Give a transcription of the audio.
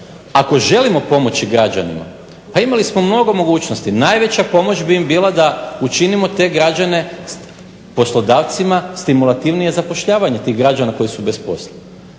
ako želimo pomoći građanima, pa imali smo mnogo mogućnosti. Najveća bi im pomoć bila da učinimo te građane poslodavcima, stimulativnije zapošljavanje tih građana koji su bez posla.